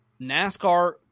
NASCAR